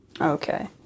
Okay